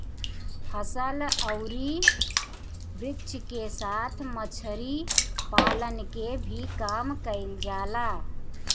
फसल अउरी वृक्ष के साथ मछरी पालन के भी काम कईल जाला